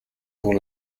pour